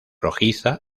rojiza